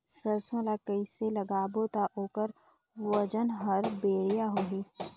सरसो ला कइसे लगाबो ता ओकर ओजन हर बेडिया होही?